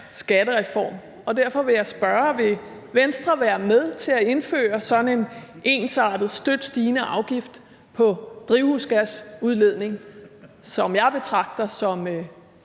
skattereform. Derfor vil jeg spørge: Vil Venstre være med til at indføre sådan en ensartet, støt stigende afgift på drivhusgasudledning, som jeg betragter som